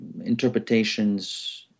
interpretations